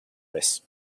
vez